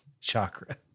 chakra